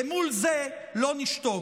למול זה לא נשתוק.